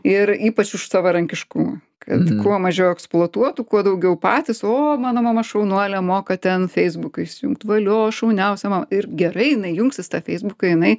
ir ypač už savarankiškumą kad kuo mažiau eksploatuotų kuo daugiau patys o mano mama šaunuolė moka ten feisbuką įsijungt valio šauniausia mama ir gerai jinai jungsis tą feisbuką jinai